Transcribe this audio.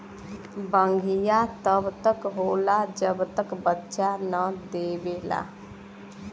बछिया तब तक होला जब तक बच्चा न देवेला